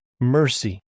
mercy